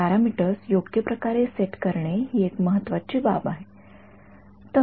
हे पॅरामीटर्स योग्य प्रकारे सेट करणे ही एक महत्वाची बाब आहे